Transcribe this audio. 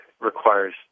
requires